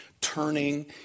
turning